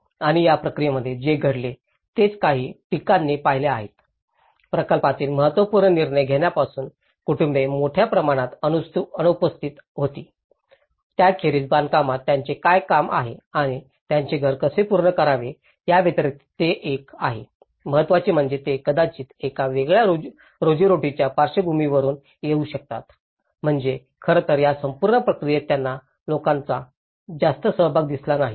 आणि या प्रक्रियेमध्ये जे घडले तेच काही टीकांनी पाहिल्या आहेत प्रकल्पातील महत्त्वपूर्ण निर्णय घेण्यापासून कुटुंबे मोठ्या प्रमाणात अनुपस्थित होती त्याखेरीज बांधकामात त्यांचे काय काम आणि त्यांचे घर कसे पूर्ण करावे याव्यतिरिक्त हे एक आहे महत्त्वाचे म्हणजे ते कदाचित एका वेगळ्या रोजीरोटीच्या पार्श्वभूमीवरुन येऊ शकतात म्हणजे खरं तर या संपूर्ण प्रक्रियेत त्यांना लोकांचा जास्त सहभाग दिसला नाही